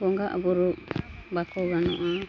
ᱵᱚᱸᱜᱟᱜᱼᱵᱩᱨᱩᱜ ᱵᱟᱠᱚ ᱜᱟᱱᱚᱜᱼᱟ